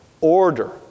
order